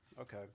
Okay